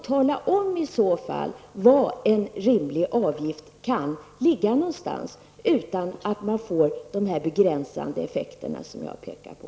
Tala i så fall om var en s.k. rimlig avgift kan ligga någonstans utan att man får dessa begränsande effekter jag pekar på.